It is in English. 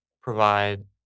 provide